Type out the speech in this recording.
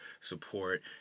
support